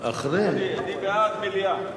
אני בעד מליאה.